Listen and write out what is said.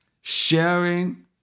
Sharing